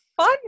fun